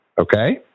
Okay